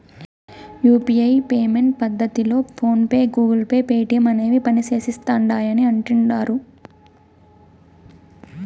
UPI payment పద్దతిలో PhonePe, Google Pay, Paytm అనేవి పనిసేస్తిండాయని అంటుడారు